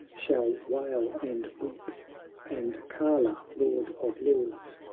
shall wail and weep and kala, lord of lords,